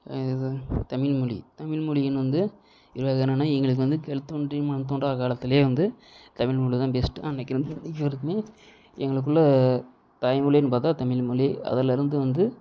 இது தமிழ்மொழி தமிழ்மொழியின் வந்து என்னென்னா எங்களுக்கு வந்து கல் தோன்றி மண் தோன்றா காலத்திலே வந்து தமிழ்மொழி தான் பெஸ்ட்டு அன்னைக்கிருந்து இன்னிக்கு வரைக்குமே எங்களுக்குள்ள தாய்மொழின்னு பார்த்தா தமிழ்மொழி அதில் இருந்து வந்து